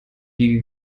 wiege